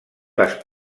les